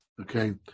okay